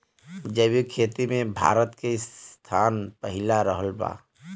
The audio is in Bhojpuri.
जैविक खेती मे भारत के स्थान पहिला रहल बा